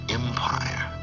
empire